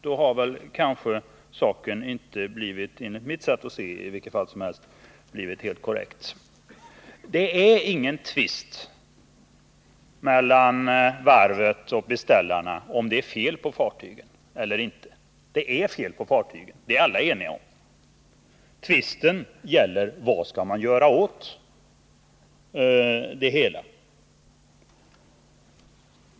Då har kanske saken inte —i varje fall inte enligt mitt sätt att se — blivit helt korrekt redovisad. Det råder ingen tvist mellan varvet och beställarna om huruvida det är fel på fartygen eller inte. Det är fel på fartygen — det är alla eniga om. Tvisten gäller vad man skall göra åt det hela.